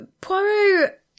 Poirot